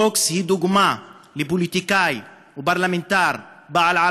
קוקס היא דוגמה לפוליטיקאית ופרלמנטרית בעלת